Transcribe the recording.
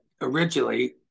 originally